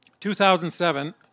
2007